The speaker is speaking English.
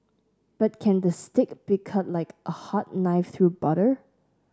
but can the steak be cut like a hot knife through butter